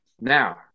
Now